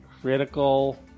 Critical